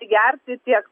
gerti tiek